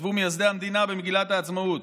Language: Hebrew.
כתבו מייסדי המדינה במגילת העצמאות,